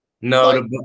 No